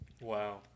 Wow